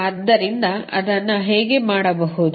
ಆದ್ದರಿಂದ ಅದನ್ನು ಹೇಗೆ ಮಾಡಬಹುದು